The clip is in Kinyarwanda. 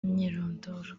imyirondoro